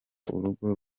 urugo